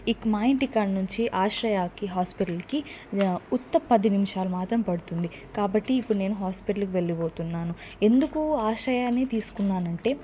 ఇక మా ఇంటికాడ్నుంచి ఆశ్రయాకి హాస్పిటల్ కి ఉత్త పది నిమిషాలు మాత్రం పడుతుంది కాబట్టి ఇప్పుడు నేను హాస్పిటల్ కి వెళ్ళిపోతున్నాను ఎందుకు ఆశ్రయాన్ని తీసుకున్నానంటే